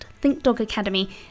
thinkdogacademy